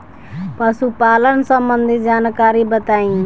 पशुपालन सबंधी जानकारी बताई?